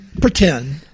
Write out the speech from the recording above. Pretend